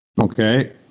Okay